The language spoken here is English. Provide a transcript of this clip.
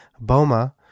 Boma